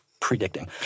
Predicting